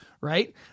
right